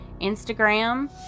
Instagram